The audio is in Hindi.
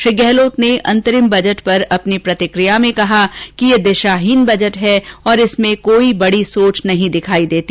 श्री गहलोत ने अंतरिम बजट पर अपनी प्रतिकिया में कहा कि यह दिशाहीन बजट है और इसमें कोई बड़ी सोच दिखाई नहीं देती